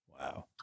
Wow